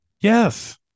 Yes